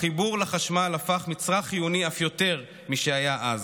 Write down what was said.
החיבור לחשמל הפך מצרך חיוני אף יותר משהיה אז.